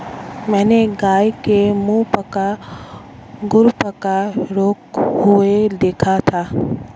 मैंने एक गाय के मुहपका खुरपका रोग हुए देखा था